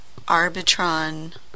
Arbitron